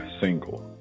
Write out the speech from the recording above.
Single